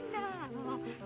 now